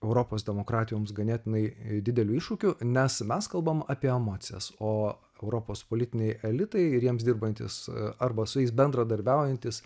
europos demokratijoms ganėtinai dideliu iššūkiu nes mes kalbame apie emocijas o europos politinį elitą ir jiems dirbantys arba su jais bendradarbiaujantys